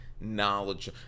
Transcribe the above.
knowledge